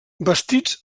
bastits